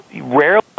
rarely